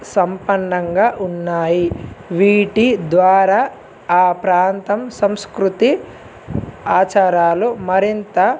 సంపన్నంగా ఉన్నాయి వీటి ద్వారా ఆ ప్రాంతం సంస్కృతి ఆచారాలు మరింత